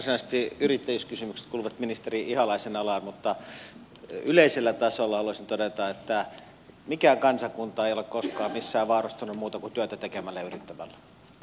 varsinaisesti yrittäjyyskysymykset kuuluvat ministeri ihalaisen alaan mutta yleisellä tasolla haluaisin todeta että mikään kansakunta ei ole koskaan missään vaurastunut muuten kuin työtä tekemällä ja yrittämällä